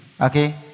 Okay